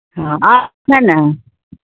ہاں آپ ہیں نا